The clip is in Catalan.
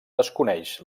desconeix